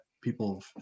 people